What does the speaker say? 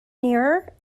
nearer